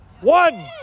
One